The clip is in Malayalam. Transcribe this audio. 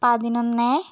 പതിനൊന്ന്